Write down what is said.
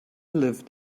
lived